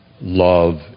love